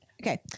Okay